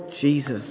Jesus